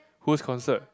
whose concert